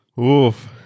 oof